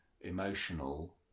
emotional